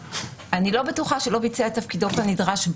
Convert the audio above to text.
אני לא בטוחה לגבי לא ביצע את תפקידו כנדרש".